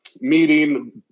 meeting